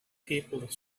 people